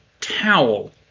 towel